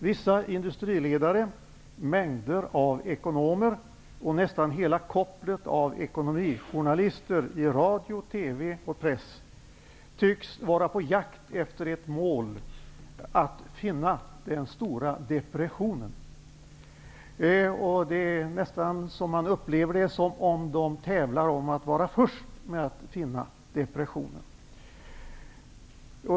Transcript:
Vissa industriledare, en mängd ekonomer och nästan hela kopplet av ekonomijournalister i radio, TV och press tycks vara på jakt efter att finna den stora depressionen. Man upplever det som att de nästan tävlar om att vara först med att finna denna depression.